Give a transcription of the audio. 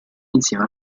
insieme